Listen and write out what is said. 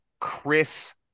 Chris